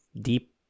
deep